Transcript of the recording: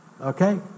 Okay